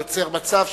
זה יוצר מצב,